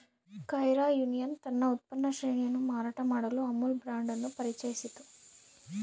Kaira union ತನ್ನ ಉತ್ಪನ್ನ ಶ್ರೇಣಿಯನ್ನು ಮಾರಾಟ ಮಾಡಲು ಅಮುಲ್ ಬ್ರಾಂಡ್ ಅನ್ನು ಪರಿಚಯಿಸಿತು